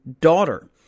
daughter